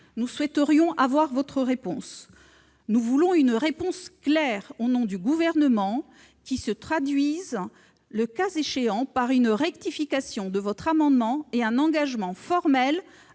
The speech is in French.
loi d'une consigne pour recyclage ? Nous voulons une réponse claire, au nom du Gouvernement, qui se traduise le cas échéant par une rectification de votre amendement et par un engagement formel